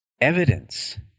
evidence